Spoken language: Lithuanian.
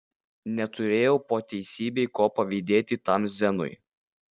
neturėjau po teisybei ko pavydėti tam zenui